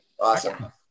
Awesome